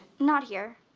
not here.